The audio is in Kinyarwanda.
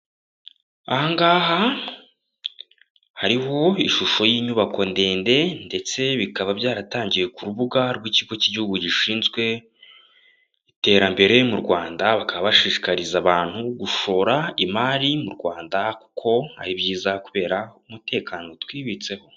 Aha ngaha hariho ishusho y'inyubako ndende ndetse bikaba byaratangiye ku rubuga rw'ikigo cy'igihugu gishinzwe iterambere mu Rwanda, bakaba bashishikariza abantu gushora imari mu Rwanda kuko ari byiza kubera umutekano twibitseho.